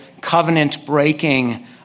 covenant-breaking